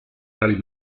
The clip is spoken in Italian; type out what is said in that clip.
tali